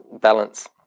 balance